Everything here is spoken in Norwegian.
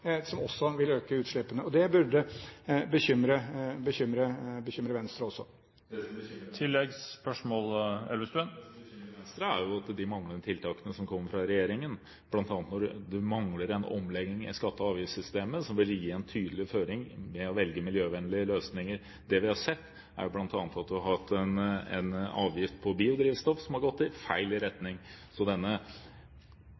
som også vil øke utslippene, og det burde bekymre Venstre også. Det som bekymrer Venstre, er jo de manglende tiltakene fra regjeringen, bl.a. mangler det en omlegging i skatte- og avgiftssystemet som ville gi en tydelig føring til å velge miljøvennlige løsninger. Det vi har sett, er jo bl.a. at vi har hatt en avgift på biodrivstoff som har gått i feil